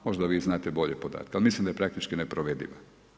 Možda vi znate bolje podatke ali mislim da je praktički neprovedivo.